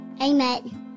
Amen